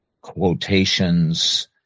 quotations